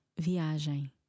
viagem